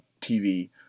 TV